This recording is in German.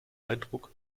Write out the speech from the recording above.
eindruck